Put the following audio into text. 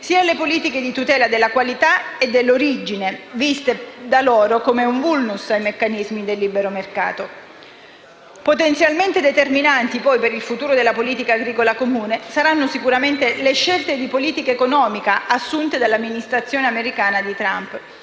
sia alle politiche di tutela della qualità e dell'origine, viste da loro come un *vulnus* ai meccanismi del libero mercato. Potenzialmente determinanti per il futuro della Politica agricola comune saranno, poi, le scelte di politica economica assunte dall'amministrazione americana di Trump,